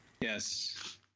Yes